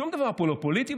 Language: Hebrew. שום דבר פה לא פוליטי,